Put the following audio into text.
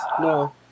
No